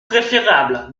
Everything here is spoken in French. préférable